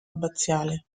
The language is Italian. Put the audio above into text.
abbaziale